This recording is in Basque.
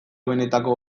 benetako